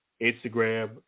Instagram